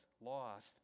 lost